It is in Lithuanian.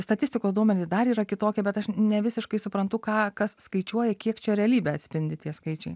statistikos duomenys dar yra kitokie bet aš nevisiškai suprantu ką kas skaičiuoja kiek čia realybę atspindi tie skaičiai